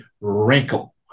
wrinkle